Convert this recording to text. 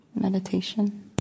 meditation